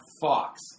Fox